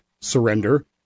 surrender